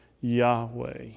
Yahweh